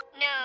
No